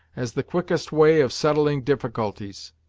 as the quickest way of settling difficulties.